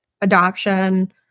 adoption